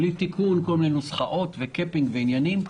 בלי תיקון של כל מיני נוסחאות וקאפינג ועניינים.